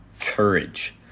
courage